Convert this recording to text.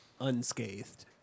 unscathed